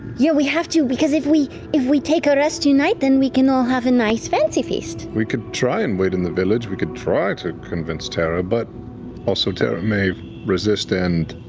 yeah, we have to, because if we if we take a rest tonight, then we can all have a nice fancy feast. travis we could try and wait in the village. we could try to convince terra, but also, terra may resist and